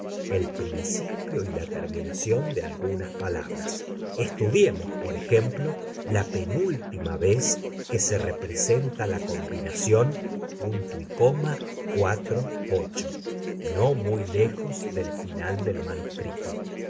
el principio y la terminación de algunas otras palabras estudiemos por ejemplo la penúltima vez que se presenta la combinación no muy lejos del final del manuscrito